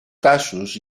casos